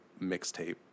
mixtape